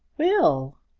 will!